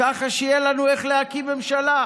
ככה שיהיה לנו איך להקים ממשלה.